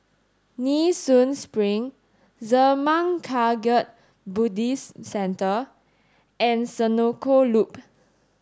Nee Soon Spring Zurmang Kagyud Buddhist Centre and Senoko Loop